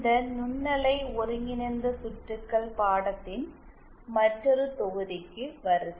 இந்தநுண்ணலை ஒருங்கிணைந்த சுற்றுகள் பாடத்தின் மற்றொரு தொகுதிக்கு வருக